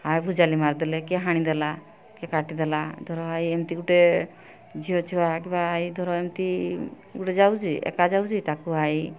ଆଉ ଭୁଜାଲି ମାରିଦେଲେ କିଏ ହାଣିଦେଲା କିଏ କାଟିଦେଲା ଧର ଏମିତି ଗୋଟେ ଝିଅ ଛୁଆ କିବା ଧର ଏମିତି ଗୋଟେ ଗୋଟେ ଯାଉଛି ଏକା ଯାଉଛି ତାକୁ